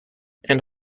and